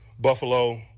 Buffalo